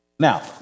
Now